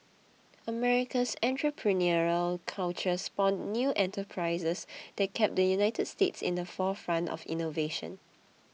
America's entrepreneurial culture spawned new enterprises that kept the United States in the forefront of innovation